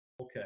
Okay